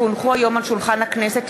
כי הונחו היום על שולחן הכנסת,